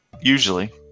Usually